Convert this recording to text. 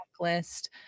checklist